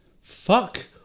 fuck